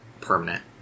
permanent